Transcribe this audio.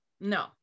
no